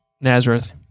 Nazareth